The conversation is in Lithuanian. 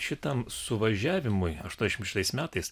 šitam suvažiavimui aštuoniasdešimt šeštais metais